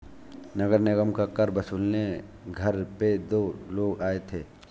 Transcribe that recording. नगर निगम का कर वसूलने घर पे दो लोग आए थे